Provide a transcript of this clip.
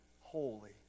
holy